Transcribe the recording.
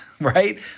Right